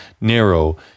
narrow